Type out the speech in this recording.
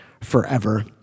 forever